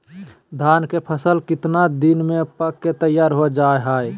धान के फसल कितना दिन में पक के तैयार हो जा हाय?